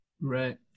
Right